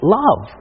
love